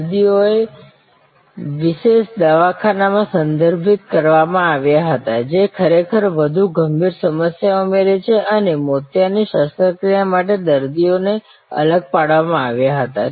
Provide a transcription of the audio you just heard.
દર્દીઓને વિશેષ દવાખાના માં સંદર્ભિત કરવામાં આવ્યા હતા જે ખરેખર વધુ ગંભીર સમસ્યા ઉમેરે છે અને મોતિયાની શસ્ત્રક્રિયા માટે દર્દીઓને અલગ પાડવામાં આવ્યા હતા